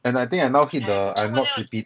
and I think I now hit the I'm not sleepy